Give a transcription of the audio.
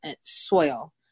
soil